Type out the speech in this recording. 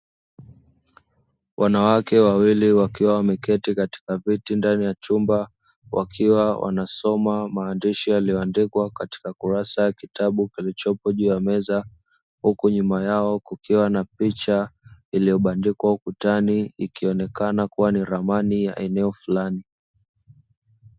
Wanawake wawili wakiwa wameketi katika viti ndani ya chumba wakiwa wanasoma maandishi yaliyoandikwa katika kurasa ya kitabu kilichopo juu ya meza, huku nyuma yao kukiwa na picha iliyobandikwa ukutani ikionekana kuwa ni ramani ya eneo fulani.